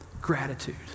gratitude